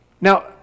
Now